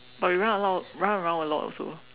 but we run a lot run around a lot also